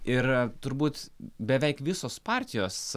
ir turbūt beveik visos partijos